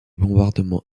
bombardements